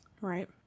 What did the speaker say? Right